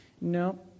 No